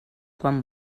quan